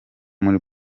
muri